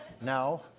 now